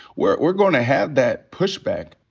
we're we're gonna have that pushback.